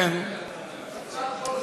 הצעת חוק,